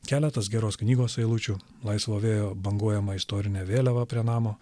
keletas geros knygos eilučių laisvo vėjo banguojamą istorinę vėliavą prie namo